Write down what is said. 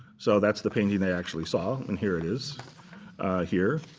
so that's the painting they actually saw and here it is here.